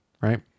right